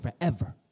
forever